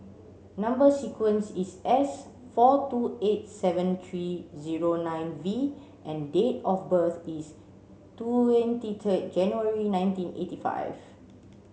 number sequence is S four two eight seven three zero nine V and date of birth is twenty third January nineteen eighty five